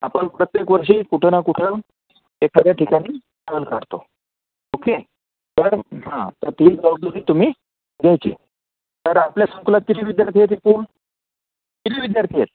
आपण प्रत्येक वर्षी कुठं ना कुठं एखाद्या ठिकाणी सहल कढतो ओके तर हां तर ती जबाबदारी तुम्ही घ्यायची आहे तर आपल्या संकुलात किती विद्यार्थी आहेत एकूण किती विद्यार्थी आहेत